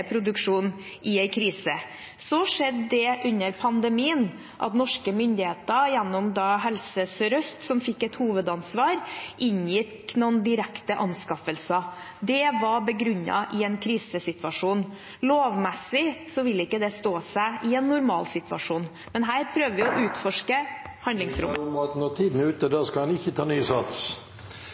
produksjon i en krise. Under pandemien skjedde det at norske myndigheter gjennom Helse Sør-Øst, som fikk et hovedansvar, inngikk noen direkte anskaffelser. Det var begrunnet i en krisesituasjon. Lovmessig ville ikke det stå seg i en normalsituasjon, men her prøver vi å utforske handlingsrommet. Presidenten minner om at når tiden er ute, skal en ikke ta ny sats.